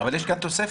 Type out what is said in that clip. אבל יש כאן תוספת.